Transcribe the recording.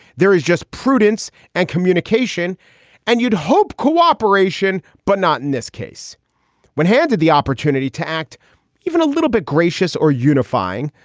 there is just prudence and communication and you'd hope cooperation, but not in this case when handed the opportunity to act even a little bit gracious or unifying,